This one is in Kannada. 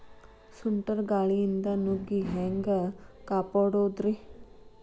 ಸುಂಟರ್ ಗಾಳಿಯಿಂದ ನುಗ್ಗಿ ಹ್ಯಾಂಗ ಕಾಪಡೊದ್ರೇ?